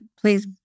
please